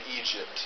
Egypt